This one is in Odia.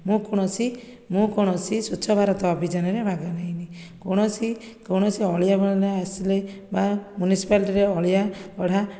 ମୁଁ କୌଣସି ମୁଁ କୌଣସି ସ୍ୱଚ୍ଛ ଭାରତ ଅଭିଯାନରେ ଭାଗ ନେଇନି କୌଣସି କୌଣସି ଅଳିଆ ଆବର୍ଜନା ଆସିଲେ ବା ମ୍ୟୁନିସିପାଲିଟିରେ ଅଳିଆ କଢ଼ା